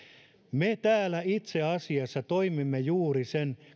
me täällä itse asiassa toimimme juuri sen